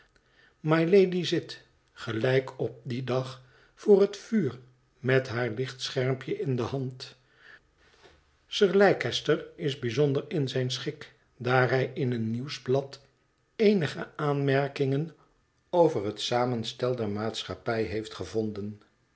mylady zit gelijk op dien dag voor het vuur met haar lichtschermpje in de hand sir leicester is bijzonder in zijn schik daar hij in een nieuwsblad eenige aanmerkingen over het samenstel der maatschappij heeft gevonden